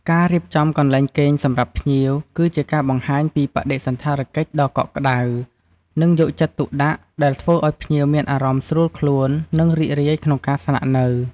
ការរៀបចំកន្លែងគេងសម្រាប់ភ្ញៀវ គឺជាការបង្ហាញពីបដិសណ្ឋារកិច្ចដ៏កក់ក្តៅ និងយកចិត្តទុកដាក់ ដែលធ្វើឲ្យភ្ញៀវមានអារម្មណ៍ស្រួលខ្លួន និងរីករាយក្នុងការស្នាក់នៅ។